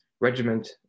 regiment